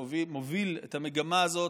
שמוביל את המגמה הזאת.